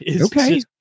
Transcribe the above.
Okay